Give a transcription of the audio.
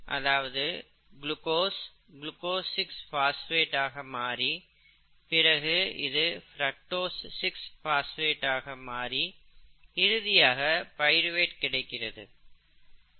அதாவது glucose glucose 6 phosphate ஆக மாறி பிறகு இது பிரக்டோஸ் 6 பாஸ்பேட் ஆக மாறி இறுதியாக பைருவேட் கிடைக்கிறது